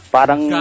Parang